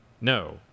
no